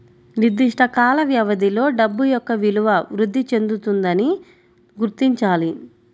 నిర్దిష్ట కాల వ్యవధిలో డబ్బు యొక్క విలువ వృద్ధి చెందుతుందని గుర్తించాలి